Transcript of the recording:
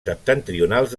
septentrionals